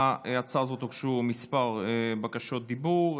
להצעה הזאת הוגשו כמה בקשות דיבור.